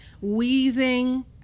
Wheezing